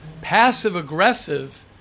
passive-aggressive